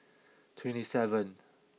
twenty seven